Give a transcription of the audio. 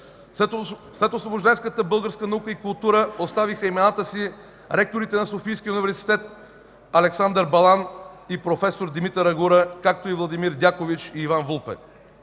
следосвобожденската българска наука и култура оставиха имената си ректорите на Софийския университет Александър Балан и професор Димитър Ягура, както и Владимир Дякович и Иван Вулпе.